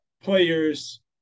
players